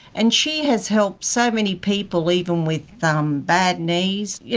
and she has helped so many people, even with um bad knees, yeah